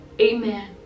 amen